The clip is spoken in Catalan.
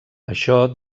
això